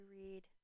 read